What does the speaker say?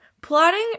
plotting